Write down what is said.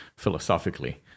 philosophically